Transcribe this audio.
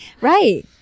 Right